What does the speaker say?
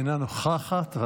אינה נוכחת.